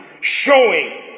showing